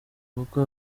kuko